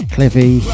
Cliffy